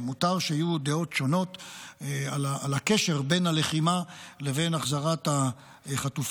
ומותר שתהיינה דעות שונות לקשר בין הלחימה לבין החזרת החטופים.